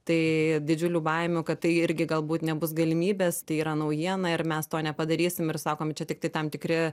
tai didžiulių baimių kad tai irgi galbūt nebus galimybės tai yra naujiena ir mes to nepadarysim ir sakom čia tiktai tam tikri